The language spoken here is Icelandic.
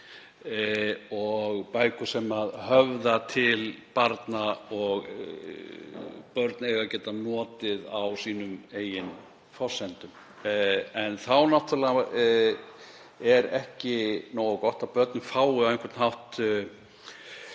bækur sem höfða til barna og börn eiga að geta notið á sínum eigin forsendum. En þá er ekki nógu gott að börnin fái á einhvern hátt